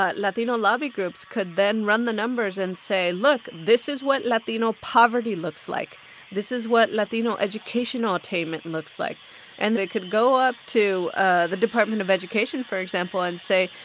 ah latino lobby groups could then run the numbers and say, look this is what latino poverty looks like this is what latino educational attainment looks like and they could go up to ah the department of education, for example, and say,